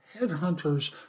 headhunters